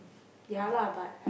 ya lah but